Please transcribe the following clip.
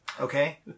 okay